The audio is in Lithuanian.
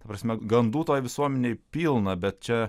ta prasme gandų toj visuomenėj pilna bet čia